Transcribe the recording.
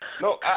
No